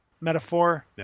metaphor